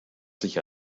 sich